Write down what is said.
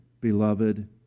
beloved